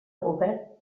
govern